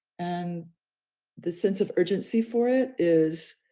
and the sense of urgency for it is,